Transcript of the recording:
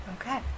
okay